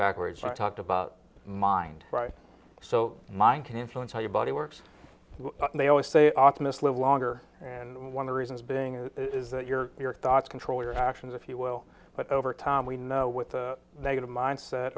backwards i talked about mind right so mind can influence how your body works they always say optimists live longer and one the reasons being is that your your thoughts control your actions if you will but over time we know with the negative mindset